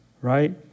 right